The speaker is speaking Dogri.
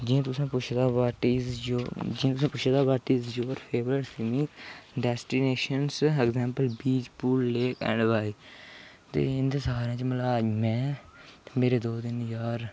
जियां तुसें पुच्छे दा ऐ what is your favourite swimming destinations beach pool lake and why ते इंदै सारे च में ते मेरे दो तीन यार